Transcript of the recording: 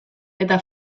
eta